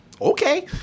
okay